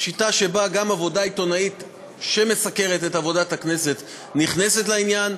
שיטה שבה גם עבודה עיתונאית שמסקרת את עבודת הכנסת נכנסת לעניין,